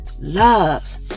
love